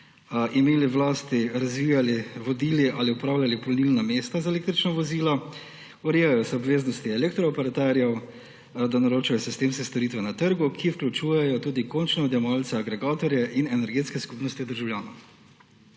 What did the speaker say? imeli v lasti, razvijali, vodili ali upravljali polnilna mesta za električna vozila. Urejajo se obveznosti elektrooperaterjev, da naročajo sistemske storitve na trgu, ki vključujejo tudi končne odjemalce, agregatorje in energetske skupnosti državljanov.